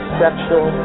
sexual